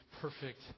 perfect